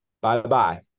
Bye-bye